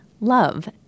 Love